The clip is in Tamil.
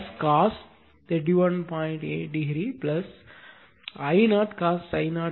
8 டிகிரி I0 cos ∅ 0